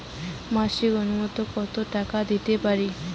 মাসিক নূন্যতম কত টাকা দিতে পারি?